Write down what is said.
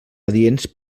adients